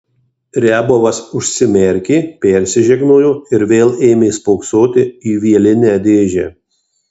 riabovas užsimerkė persižegnojo ir vėl ėmė spoksoti į vielinę dėžę